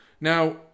Now